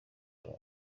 choir